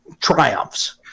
triumphs